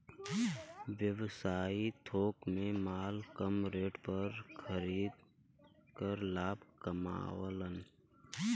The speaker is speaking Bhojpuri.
व्यवसायी थोक में माल कम रेट पर खरीद कर लाभ कमावलन